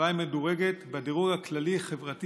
ירושלים מדורגת בדירוג הכללי-חברתי